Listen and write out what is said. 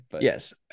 Yes